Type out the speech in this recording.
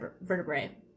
vertebrae